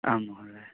आं महोदय